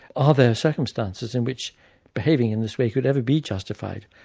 are there circumstances in which behaving in this way could ever be justified.